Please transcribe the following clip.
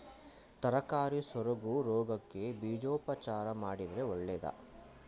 ತರಕಾರಿ ಸೊರಗು ರೋಗಕ್ಕೆ ಬೀಜೋಪಚಾರ ಮಾಡಿದ್ರೆ ಒಳ್ಳೆದಾ?